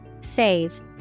Save